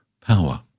power